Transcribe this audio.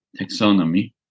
taxonomy